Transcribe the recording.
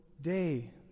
day